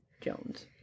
Jones